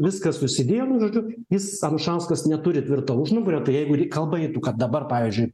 viskas susidėjo nu žodžiu jis alšauskas neturi tvirto užnugario tai jeigu kalba eitų kad dabar pavyzdžiui